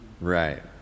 Right